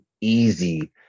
easy